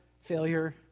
failure